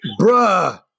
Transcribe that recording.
Bruh